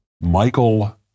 Michael